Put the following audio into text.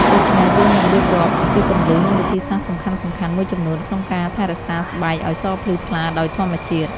ដូច្នេះយើងនឹងរៀបរាប់ អំពីគន្លឹះ និងវិធីសាស្រ្តសំខាន់ៗមួយចំនួនក្នុងការថែរក្សាស្បែកឲ្យសភ្លឺថ្លាដោយធម្មជាតិ។